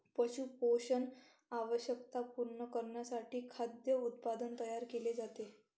पशु पोषण आवश्यकता पूर्ण करण्यासाठी खाद्य उत्पादन तयार केले जाते